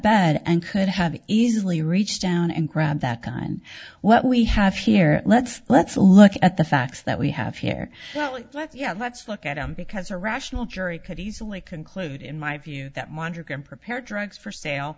bed and could have easily reached down and grab that gun what we have here let's let's look at the facts that we have here yet let's look at him because a rational jury could easily conclude in my view that mondrian prepared drugs for sale